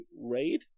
raid